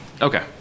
Okay